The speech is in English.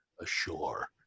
ashore